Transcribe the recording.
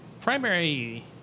primary